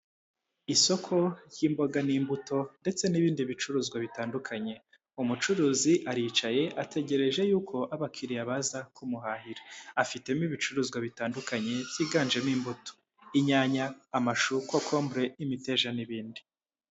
Isoko ry'imboga n'imbuto ndetse n'ibindi bicuruzwa bitandukanye, umucuruzi aricaye ategereje y'uko abakiriya baza kumuhahira afitemo ibicuruzwa bitandukanye byiganjemo imbuto, inyanya amashu, kokombure, imiteja n'ibindi.